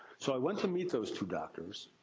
so, i went to meet those two doctors,